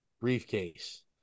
briefcase